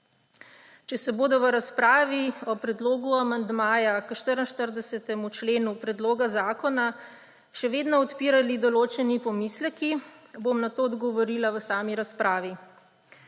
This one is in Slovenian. Če se bodo v razpravi o predlogu amandmaja k 44. členu predloga zakona še vedno odpirali določeni pomisleki, bom na to odgovorila v sami razpravi.